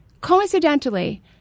coincidentally